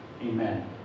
Amen